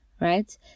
right